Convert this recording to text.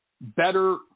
better